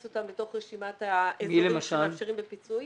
אותם בתוך רשימת האזורים שמאפשרים פיצוי.